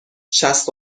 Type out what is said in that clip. شصت